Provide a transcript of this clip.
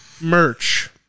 merch